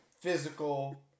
physical